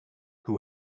who